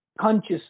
conscious